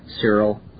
Cyril